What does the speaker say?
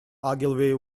ogilvy